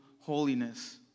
holiness